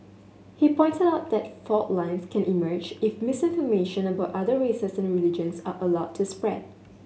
he pointed out that fault lines can emerge if misinformation about other races and religions are allowed to spread